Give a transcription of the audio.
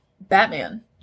Batman